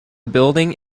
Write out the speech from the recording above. building